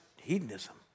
hedonism